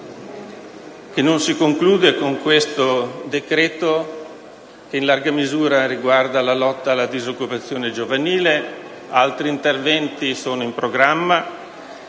non si conclude con questo decreto-legge che, in larga misura, riguarda la lotta alla disoccupazione giovanile: altri interventi sono in programma,